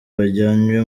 bajyanywe